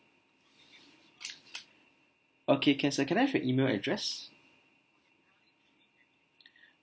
okay can sir can I have your email address